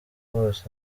wose